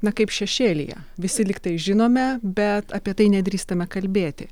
na kaip šešėlyje visi lyg tai žinome bet apie tai nedrįstame kalbėti